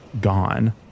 gone